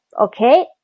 okay